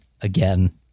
Again